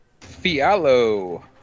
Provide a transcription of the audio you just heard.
Fialo